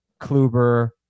Kluber